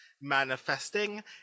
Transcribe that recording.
manifesting